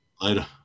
later